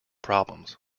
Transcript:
problems